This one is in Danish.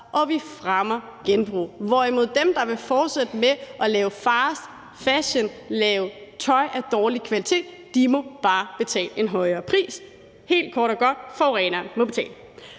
og vi fremmer genbrug, hvorimod dem, der vil fortsætte med at lave fast fashion, lave tøj af dårlig kvalitet, bare må betale en højere pris. Helt kort og godt: Forureneren må betale.